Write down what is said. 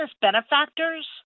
benefactors